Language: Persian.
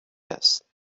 است